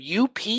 UP